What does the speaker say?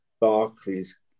Barclays